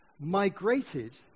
migrated